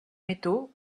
métaux